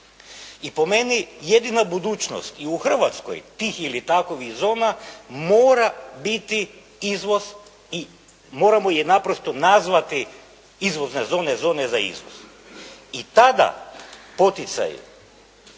I po meni, jedina budućnost i u Hrvatskoj tih ili takovih zona, mora biti izvoz, i moramo ih naprosto nazvati izvozne zone, zone za izvoz. I tada poticaj